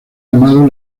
llamado